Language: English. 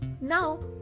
Now